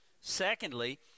Secondly